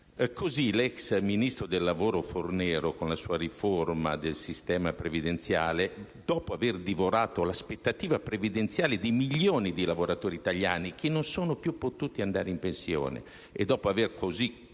Così, l'ex ministro del lavoro Fornero, con la sua riforma del sistema previdenziale, dopo aver divorato l'aspettativa previdenziale di milioni di lavoratori italiani che non sono più potuti andare in pensione e dopo aver così